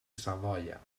savoia